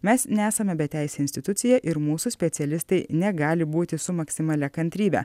mes nesame beteisė institucija ir mūsų specialistai negali būti su maksimalia kantrybe